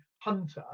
hunter